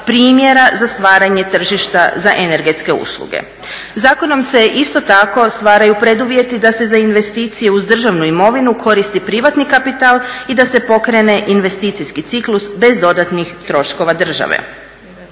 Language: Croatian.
za stvaranje tržišta za energetske usluge. Zakonom se isto tako stvaraju preduvjeti da se za investicije uz državnu imovinu koristi privatni kapital i da se pokrene investicijski ciklus bez dodatnih troškova države.